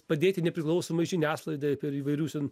padėti nepriklausomai žiniasklaidai per įvairius ten